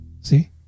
See